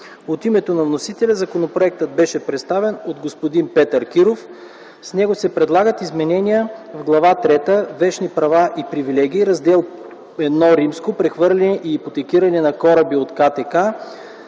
От името на вносителя законопроектът беше представен от господин Петър Киров. С него се предлагат изменения в Глава трета „Вещни права и привилегии”, Раздел I „Прехвърляне и ипотекиране на кораби” от КТК,